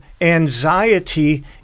anxiety